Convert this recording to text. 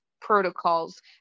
protocols